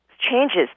changes